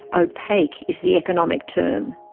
opaque is the economic term.